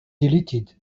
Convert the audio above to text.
deleted